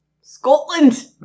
Scotland